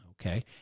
okay